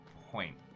Point